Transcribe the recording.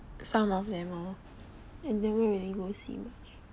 some of them lor I never really go and see much